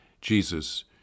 Jesus